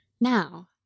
Now